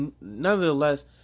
nonetheless